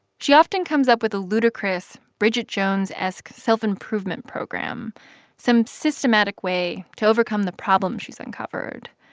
she often comes up with a ludicrous bridget jones-esque self-improvement program some systematic way to overcome the problem she's uncovered.